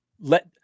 let